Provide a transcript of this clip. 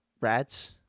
rats